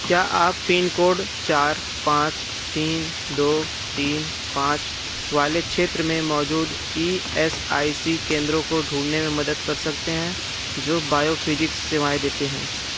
क्या आप pin code चार पाँच तीन दो तीन पाँच वाले क्षेत्र में मौजूद ई एस आई सी केंद्रों को ढूँढने में मदद कर सकते हैं जो बायोफिजिक्स सेवाएँ देते हैं